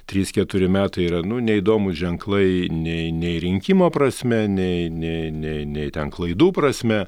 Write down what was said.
trys keturi metai yra nu neįdomūs ženklai nei nei rinkimo prasme nei nei nei nei ten klaidų prasme